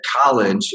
college